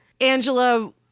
Angela